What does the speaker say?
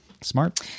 Smart